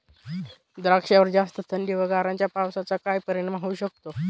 द्राक्षावर जास्त थंडी व गारांच्या पावसाचा काय परिणाम होऊ शकतो?